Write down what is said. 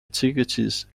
activities